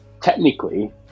technically